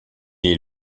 est